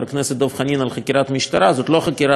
חקירת משטרה: זאת לא חקירת משטרה כחולה,